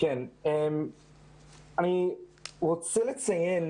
אני רוצה לציין